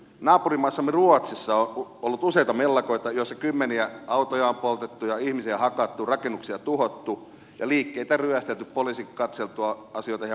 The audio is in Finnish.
naapurimaassamme ruotsissa on ollut useita mellakoita joissa kymmeniä autoja on poltettu ja ihmisiä hakattu rakennuksia tuhottu ja liikkeitä ryöstelty poliisin katseltua asioita hieman kauempaa